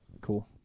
cool